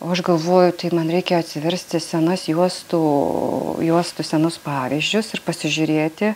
o aš galvoju tai man reikia atsiversti senus juostų juostų senus pavyzdžius ir pasižiūrėti